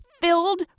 filled